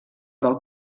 del